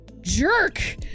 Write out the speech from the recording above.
jerk